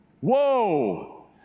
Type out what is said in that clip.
Whoa